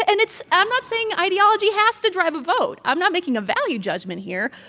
and it's i'm not saying ideology has to drive a vote. i'm not making a value judgment here.